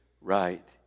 right